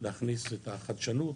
להכניס את החדשנות,